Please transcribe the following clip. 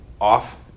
off